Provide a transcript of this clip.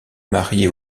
mariée